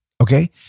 okay